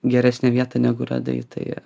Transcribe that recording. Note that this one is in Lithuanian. geresnę vietą negu radai tai